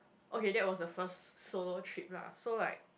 okay that was the first solo trip lah so like